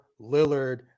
Lillard